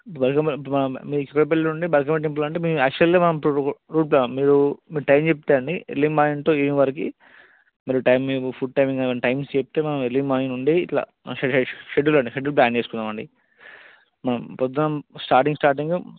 మీకు కూకట్పల్లి నుండి బల్కంపేట టెంపుల్ అంటే మేము ఆక్చువల్లి మనం రూట్ మీరు మీరు టైమ్ చెప్తే అండి యర్లీ మార్నింగ్ టు ఈవెనింగ్ వరకు మీరు టైమ్ మీకు ఫుడ్ టైమింగ్ కానీ టైమింగ్స్ చెప్తే మనం యర్లీ మార్నింగ్ నుండి ఇట్లా షెడ్యూల్ అండి షెడ్యూల్ ప్లాన్ చేసుకుందాం అండి మనం పొద్దున స్టార్టింగ్ స్టార్టింగు